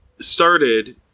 started